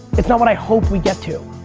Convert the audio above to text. it's not what i hope we get to,